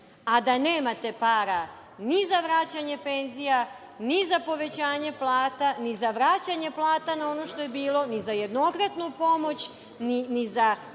a da nemate para ni za vraćanje penzija, ni za povećanje plata, ni za vraćanje plata na ono što je bilo, ni za jednokratnu pomoć, ni za